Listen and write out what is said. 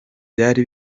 byari